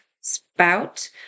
spout